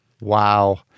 Wow